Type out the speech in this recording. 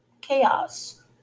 chaos